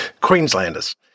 Queenslanders